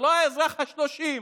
ולא האזרח ה-30.